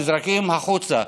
נזרקים החוצה.